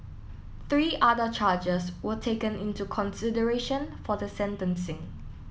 three other charges were taken into consideration for the sentencing